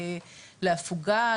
להפוגה,